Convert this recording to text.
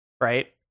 Right